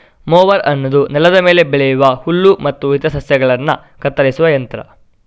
mower ಅನ್ನುದು ನೆಲದ ಮೇಲೆ ಬೆಳೆಯುವ ಹುಲ್ಲು ಮತ್ತೆ ಇತರ ಸಸ್ಯಗಳನ್ನ ಕತ್ತರಿಸುವ ಯಂತ್ರ